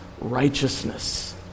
righteousness